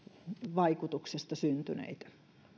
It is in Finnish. vaikutuksesta syntyneitä